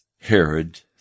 Herod